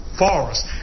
forests